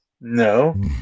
No